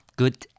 good